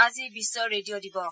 আজি বিশ্ব ৰেডিঅ' দিৱস